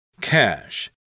cash